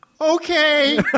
okay